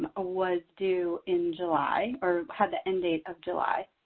um ah was due in july or had the end date of july.